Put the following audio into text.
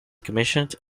commissioned